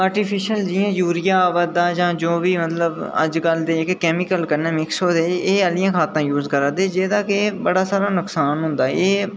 artificial जियां urea आवा दा ओह्बी मतलब अजकल दे कैमिकल कन्नै मिलियै ओह् छुड़ियै कैमिकल आह्लियां खादां यूज़ करा दे न ते जेह्दा की बड़ा सारा नुक्सान होंदा ऐ एह्दा के